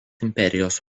imperijos